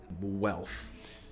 wealth